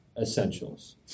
essentials